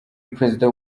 perezida